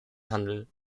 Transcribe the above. handel